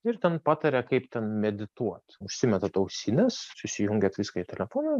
ir ten pataria kaip ten medituot užsimetat ausines susijungiat viską telefonu